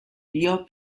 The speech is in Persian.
بیا